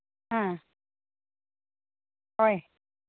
ꯑꯥ ꯍꯣꯏ